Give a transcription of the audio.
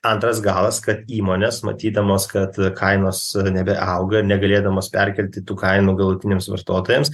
antras galas kad įmonės matydamos kad kainos nebeauga negalėdamos perkelti tų kainų galutiniams vartotojams